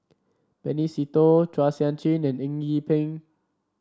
Benny Se Teo Chua Sian Chin and Eng Yee Peng